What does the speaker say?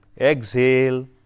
Exhale